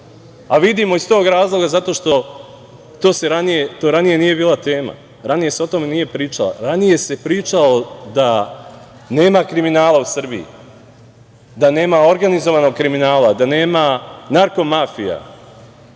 a vidimo iz tog razloga zato što to ranije nije bila tema. Ranije se o tome nije pričalo. Ranije se pričalo da nema kriminala u Srbiji, da nema organizovanog kriminala, da nema narko-mafije,